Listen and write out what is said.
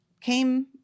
came